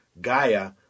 Gaia